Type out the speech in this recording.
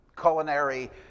culinary